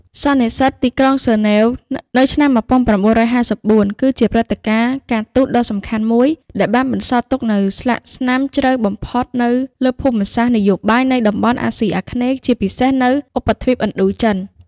សន្និសីទទីក្រុងហ្សឺណែវ ឆ្នាំ១៩៥៤ គឺជាព្រឹត្តិការណ៍ការទូតដ៏សំខាន់មួយ ដែលបានបន្សល់ទុកនូវស្លាកស្នាមជ្រៅបំផុតនៅលើភូមិសាស្ត្រនយោបាយនៃតំបន់អាស៊ីអាគ្នេយ៍ ជាពិសេសនៅឧបទ្វីបឥណ្ឌូចិន។